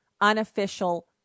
unofficial